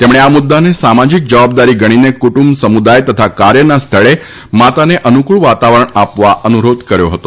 તેમણે આ મુદ્દાને સામાજીક જવાબદારી ગણીને કુટુંબ સમુદાય તથાકાર્યના સ્થળે માતાને અનુકૃળ વાતાવરણ આપવા અનુરોધ કર્યો હતો